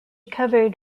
covered